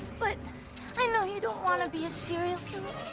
but i know you don't wanna be a serial killer.